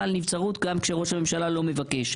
על נבצרות גם כשראש הממשלה לא מבקש.